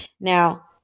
Now